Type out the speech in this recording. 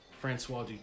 Francois